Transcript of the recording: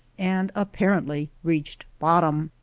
and apparently reached bottom.